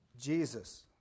Jesus